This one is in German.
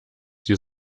die